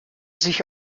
sich